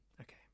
Okay